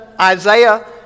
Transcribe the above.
Isaiah